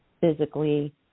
physically